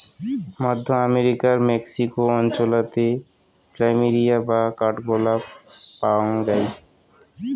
মধ্য আমেরিকার মেক্সিকো অঞ্চলাতে প্ল্যামেরিয়া বা কাঠগোলাপ পায়ং যাই